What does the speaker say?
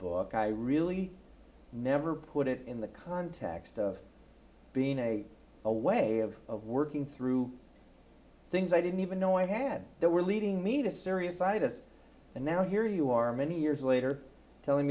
book i really never put it in the context of being a a way of working through things i didn't even know i had that were leading me to serious itis and now here you are many years later telling